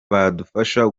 badufasha